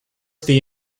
the